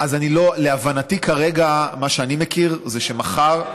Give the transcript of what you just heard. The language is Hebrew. להבנתי כרגע, מה שאני יודע, זה שמחר,